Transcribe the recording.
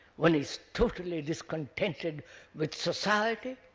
one is totally discontented with society,